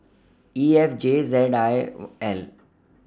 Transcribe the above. E F J Z L